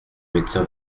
médecin